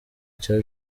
cya